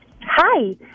Hi